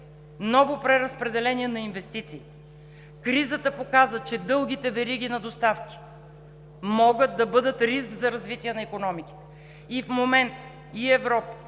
ново преразпределение на инвестициите. Кризата показа, че дългите вериги на доставки могат да бъдат риск за развитие на икономиките. В момента и Европа,